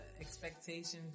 expectations